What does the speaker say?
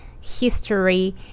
history